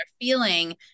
feeling